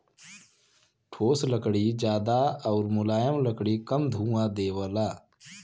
ठोस लकड़ी जादा आउर मुलायम लकड़ी कम धुंआ देवला